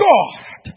God